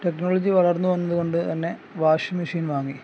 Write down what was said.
technology വളർന്നു വന്നത് കൊണ്ട് തന്നെ വാഷിംഗ് മെഷീൻ വാങ്ങി